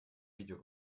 video